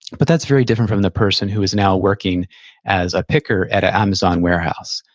but that's very different from the person who is now working as a picker at a amazon warehouse.